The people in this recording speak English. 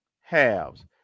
halves